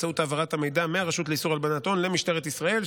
באמצעות העברת המידע מהרשות לאיסור הלבנת הון למשטרת ישראל,